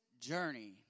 journey